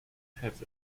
have